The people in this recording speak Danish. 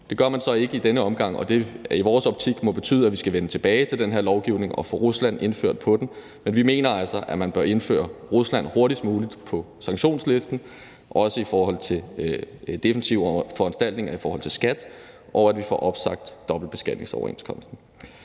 Det gør man så ikke i denne omgang, og det må i vores optik betyde, at vi skal vende tilbage til den her lovgivning og få Rusland indført på listen. Men vi mener altså, at man bør indføre Rusland hurtigst muligt på sanktionslisten, også med hensyn til defensive foranstaltninger i forhold til skat, og at vi får opsagt dobbeltbeskatningsoverenskomsten.